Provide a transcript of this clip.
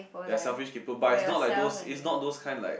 there selfish people but it's not like those is not those kind like